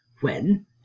When